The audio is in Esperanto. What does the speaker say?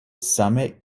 same